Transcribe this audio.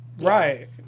right